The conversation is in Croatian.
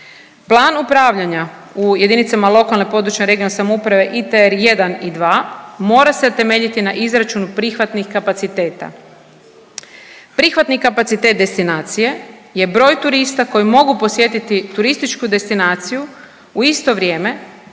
Plan upravljanja u JLPRS ITR 1 i 2 mora se temeljiti na izračunu prihvatnih kapaciteta. Prihvatni kapacitet destinacije je broj turista koji mogu posjetiti turističku destinaciju u isto vrijeme